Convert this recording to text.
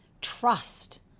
trust